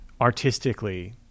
artistically